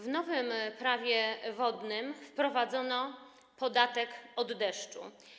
W nowym Prawie wodnym wprowadzono podatek od deszczu.